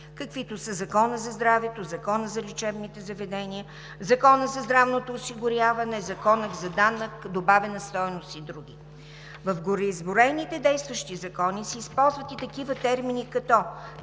каквито са Законът за здравето, Законът за лечебните заведения, Законът за здравното осигуряване, Законът за данък добавена стойност и други В гореизброените действащи закони се използват и такива термини като